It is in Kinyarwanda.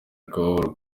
akababaro